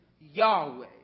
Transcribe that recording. Yahweh